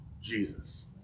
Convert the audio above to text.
Jesus